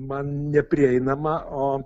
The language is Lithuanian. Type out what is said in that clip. man neprieinama o